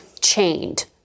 chained